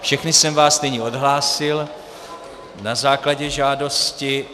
Všechny jsem vás nyní odhlásil na základě žádosti.